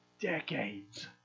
decades